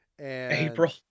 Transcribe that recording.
April